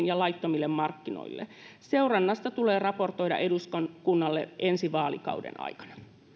ja laittomille markkinoille seurannasta tulee raportoida eduskunnalle ensi vaalikauden aikana